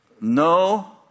No